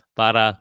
para